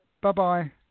Bye-bye